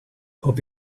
hope